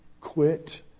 quit